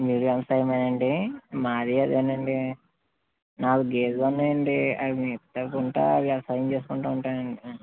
మీది వ్యవసాయమే అండి మాదీ అదేనండి నాలుగు గేదెలున్నాయండి అవి మేపుకుంటూ వ్యవసాయం చేసుకుంటూ ఉంటానండి